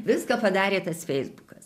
viską padarė tas feisbukas